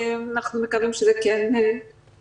אנחנו מקווים שזה כן יאומץ.